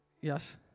Yes